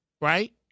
right